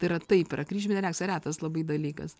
tai yra taip yra kryžminė reakcija retas labai dalykas